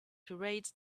parades